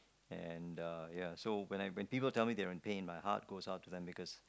and uh ya so when I when people tell me they're in pain my heart goes out to them because